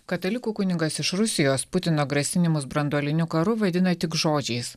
katalikų kunigas iš rusijos putino grasinimus branduoliniu karu vadina tik žodžiais